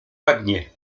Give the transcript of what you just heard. ładnie